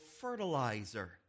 fertilizer